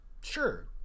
Sure